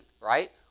right